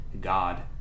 God